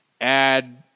add